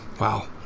Wow